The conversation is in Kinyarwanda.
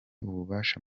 ububasha